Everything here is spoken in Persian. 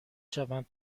شوند